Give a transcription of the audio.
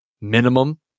minimum